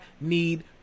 need